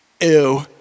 Ew